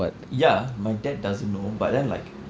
ya my dad doesn't know but then like